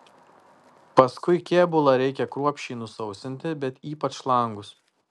paskui kėbulą reikia kruopščiai nusausinti bet ypač langus